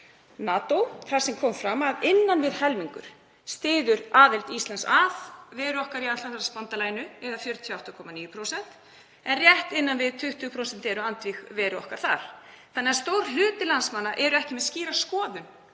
NATO, þar sem fram kom að innan við helmingur styður aðild Íslands og veru okkar í Atlantshafsbandalaginu, eða 48,9%, en rétt innan við 20% eru andvíg veru okkar þar. Þannig að stór hluti landsmanna er ekki með skýra skoðun